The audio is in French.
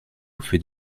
fait